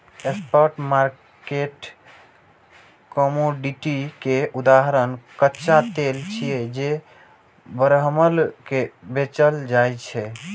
spot market commodity के उदाहरण कच्चा तेल छियै, जे बरमहल बेचल जाइ छै